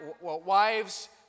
wives